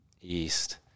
East